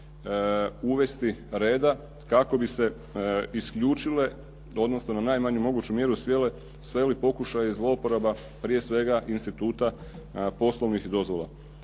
uvesti reda kako bi se isključile odnosno na najmanju moguću mjeru sveli pokušaji zlouporaba prije svega instituta poslovnih dozvola.